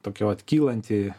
tokia vat kylanti